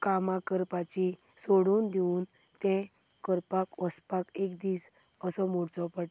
कामां करपाचीं सोडून दिवन तें करपाक वचपाक एक दीस असो मोडचो पडटा